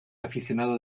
aficionado